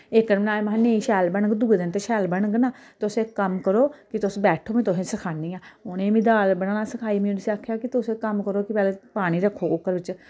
इक बारी बनागे महां नेईं शैल बनग ते दूऐ दिन शैल बनग ना तुस इक कम्म करो कि तुस बैठो ना में तुसेंगी सखानी आं ते उनेंगी बी दाल बनाना सखाई में उस्सी आक्खेआ कि तुस इक कम्म करो कि पैह्ले पानी रक्खो कुकर बिच